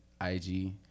IG